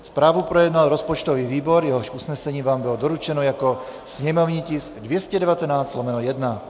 Zprávu projednal rozpočtový výbor, jehož usnesení vám bylo doručeno jako sněmovní tisk číslo 219/1.